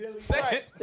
Second